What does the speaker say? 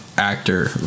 actor